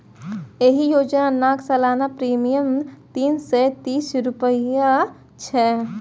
एहि योजनाक सालाना प्रीमियम तीन सय तीस रुपैया छै